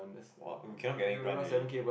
wa we cannot get any grant already